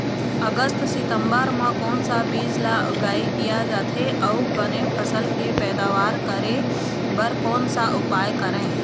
अगस्त सितंबर म कोन सा बीज ला उगाई किया जाथे, अऊ बने फसल के पैदावर करें बर कोन सा उपाय करें?